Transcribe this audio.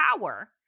power